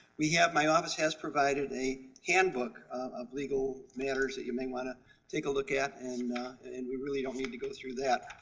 we have. my office has provided a handbook of legal matters that you may want to take a look at and and we really don't need to go through that.